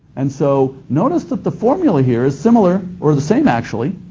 and so notice that the formula here is similar, or the same actually,